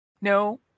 No